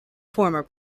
former